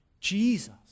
Jesus